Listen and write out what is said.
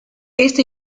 esta